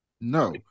No